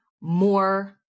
more